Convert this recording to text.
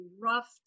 rough